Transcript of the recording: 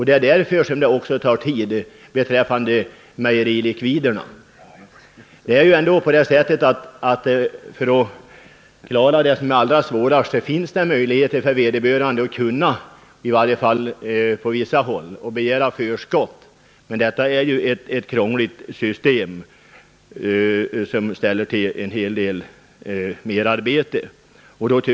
Det är därför det också dröjer med mejerilikviderna eller andra produktavräkningar. För att klara det som är det allra svåraste finns det möjligheter för vederbörande, i varje fall på vissa håll, att begära förskott, men detta är ett krångligt system som ställer till en hel del merarbete.